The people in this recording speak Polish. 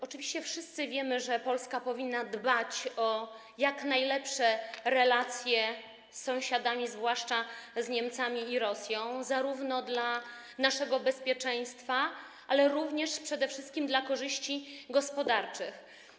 Oczywiście wszyscy wiemy, że Polska powinna dbać o jak najlepsze relacje z sąsiadami, zwłaszcza z Niemcami i Rosją, zarówno dla naszego bezpieczeństwa, jak i przede wszystkim dla korzyści gospodarczych.